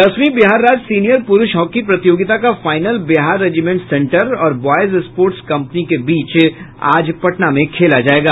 दसवीं बिहार राज्य सीनियर पुरूष हॉकी प्रतियोगिता का फाइनल बिहार रेजिमेंट सेंटर और ब्वॉयज स्पोर्ट्स कम्पनी के बीच आज पटना में खेला जायेगा